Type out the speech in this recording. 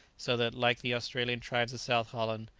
so that, like the australian tribes of south holland,